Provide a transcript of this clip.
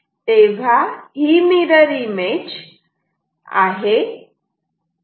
तेव्हा ही mirror image आहे